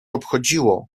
obchodziło